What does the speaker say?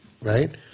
right